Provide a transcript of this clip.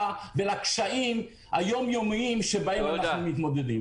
ולקשיים היומיומיים שאיתם אנחנו מתמודדים.